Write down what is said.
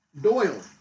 Doyle